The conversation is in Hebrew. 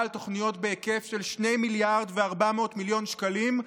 על תוכניות בהיקף של 2.4 מיליארד שקלים,